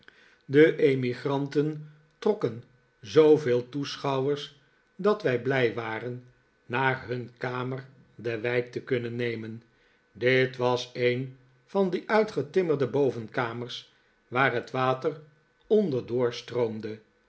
de emigranten trokken zooveel toeschouwers dat wij blij waren naar hun kamer de wijk te kunnen nemen dit was een van die uitgetimmerde bovenkamers waar het water